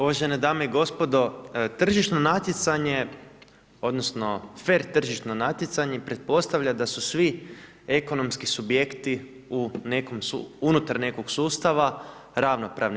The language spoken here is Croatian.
Uvažene dame i gospodo, tržišno natjecanje odnosno fer tržišno natjecanje pretpostavlja da su svi ekonomski subjekti u nekom, unutar nekog sustava ravnopravni.